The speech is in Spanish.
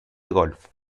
golf